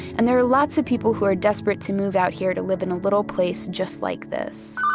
and there are lots of people who are desperate to move out here to live in a little place just like this